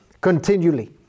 continually